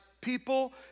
people